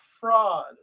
fraud